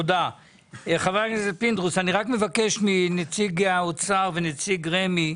אני מבקש מנציג האוצר ונציג רמ"י,